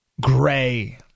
Gray